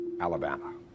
Alabama